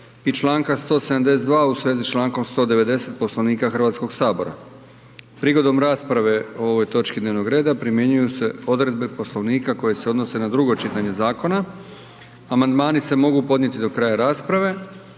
i članaka 172. u svezi s člankom 190. Poslovnika Hrvatskog sabora. Prigodom rasprave o ovoj točki dnevnog reda primjenjuju se odredbe Poslovnika koje se odnose na drugo čitanje zakona. Amandmani se mogu podnositi do kraja rasprave.